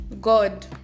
God